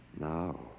Now